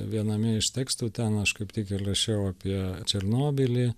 viename iš tekstų ten aš kaip tik ir rašiau apie černobylį